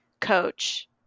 coach